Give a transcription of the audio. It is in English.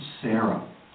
Sarah